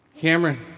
Cameron